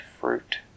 fruit